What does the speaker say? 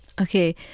Okay